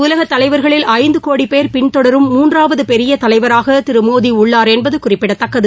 உலக தலைவர்களில் ஐந்து கோடி பேர் பின் தொடரும் மூன்றாவது பெரிய தலைவராக திரு மோடி உள்ளார் என்பது குறிப்பிடத்தக்கது